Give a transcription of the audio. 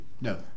No